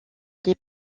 des